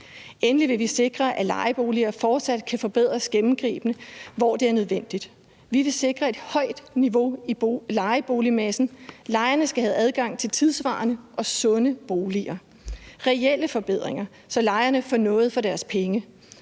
Endelig vil vi sikre, at lejeboliger fortsat kan forbedres gennemgribende, hvor det er nødvendigt. Vi vil sikre et højt niveau i lejeboligmassen. Lejerne skal have adgang til tidssvarende og sunde boliger – reelle forbedringer, så lejerne får noget for deres penge.